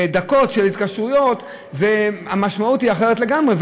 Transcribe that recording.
דקות של התקשרויות המשמעות היא אחרת לגמרי.